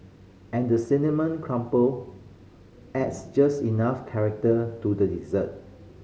and the cinnamon crumble adds just enough character to the dessert